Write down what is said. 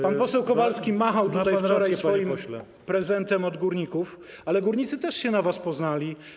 Pan poseł Kowalski machał tutaj wczoraj swoim prezentem od górników, ale górnicy też się na was poznali.